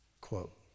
Quote